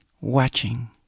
watching